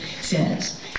says